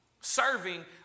Serving